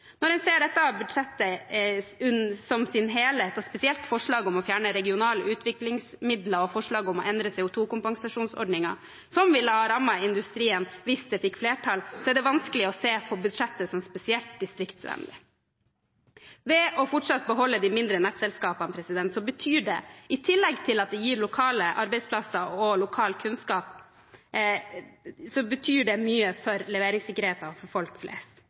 Når en ser dette budsjettet i sin helhet og spesielt forslaget om å fjerne regionale utviklingsmidler og forslaget om å endre CO2-kompensasjonsordningen, som ville ha rammet industrien hvis det hadde fått flertall, er det vanskelig å se på budsjettet som spesielt distriktsvennlig. Det å beholde de mindre nettselskapene betyr mye for leveringssikkerheten for folk flest – i tillegg til at det gir lokale arbeidsplasser og lokal kunnskap.